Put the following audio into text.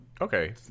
Okay